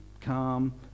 calm